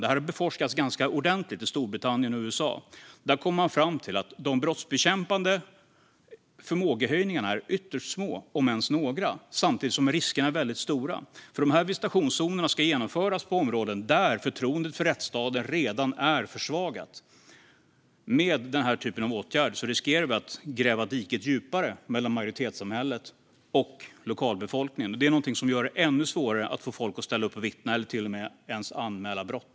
Det har beforskats ganska ordentligt i Storbritannien och i USA, och där har man kommit fram till att de brottsbekämpande förmågehöjningarna är ytterst små, om ens några, samtidigt som riskerna är väldigt stora. Visitationszonerna ska ju införas i områden där förtroendet för rättsstaten redan är försvagat. Med den här typen av åtgärder riskerar vi att gräva diket djupare mellan majoritetssamhället och lokalbefolkningen. Det är något som gör det ännu svårare att få folk att ställa upp och vittna eller att ens anmäla brott.